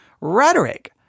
rhetoric